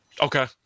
Okay